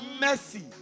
Mercy